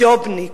ג'ובניק.